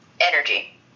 Energy